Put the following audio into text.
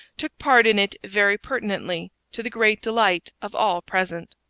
took part in it very pertinently, to the great delight of all present.